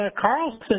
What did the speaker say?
Carlson